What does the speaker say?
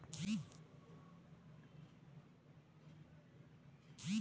Mobile app ಗಳಿಂದ ಕೃಷಿಗೆ ಸಂಬಂಧ ಇರೊ ವಿಷಯಗಳನ್ನು ಸುಲಭ ಮತ್ತು ಅರ್ಥವಾಗುವ ರೇತಿ ಮಾಹಿತಿ ಕಳಿಸಬಹುದಾ?